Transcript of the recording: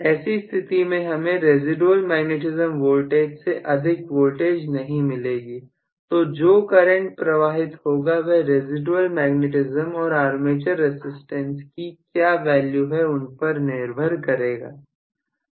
ऐसी स्थिति में हमें रेसीडुएल मैग्नेटिज्म वोल्टेज से अधिक वोल्टेज नहीं मिलेगीतो जो करंट प्रवाहित होगा वह रेसीडुएल मैग्नेटिज्म और आर्मेचर रसिस्टेंस की क्या वैल्यू है उन पर निर्भर करेगा